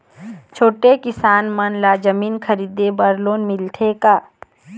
छोटे किसान मन ला जमीन खरीदे बर लोन मिलथे का?